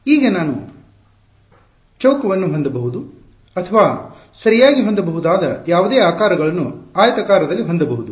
ಈಗ ನಾನು ಚೌಕವನ್ನು ಹೊಂದಬಹುದು ಅಥವಾ ನಾನು ಸರಿಯಾಗಿ ಹೊಂದಬಹುದಾದ ಯಾವುದೇ ಆಕಾರಗಳನ್ನು ಆಯತಾಕಾರದಲ್ಲಿ ಹೊಂದಬಹುದು